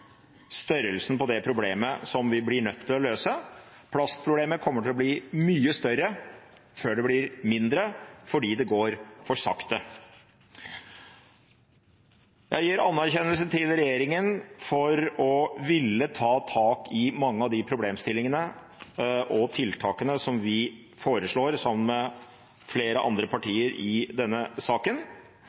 størrelsen på det problemet som vi blir nødt til å løse. Plastproblemet kommer til å bli mye større før det blir mindre, fordi det går for sakte. Jeg gir anerkjennelse til regjeringen for å ville ta tak i mange av de problemstillingene og tiltakene som vi foreslår sammen med flere andre partier i denne saken,